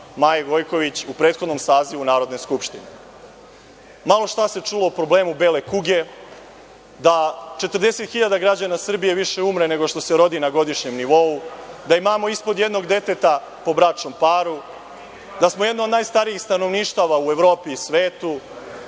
Maje Gojković u prethodnom sazivu Narodne skupštine. Malo šta se čulo o problemu bele kuge, da 40 hiljada građana više umre, nego što se rodi na godišnjem nivou, da imamo ispod jednog deteta po bračnom paru, da smo jedno od najstarijih stanovništava u Evropi i svetu